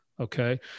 Okay